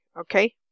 Okay